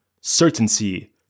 certainty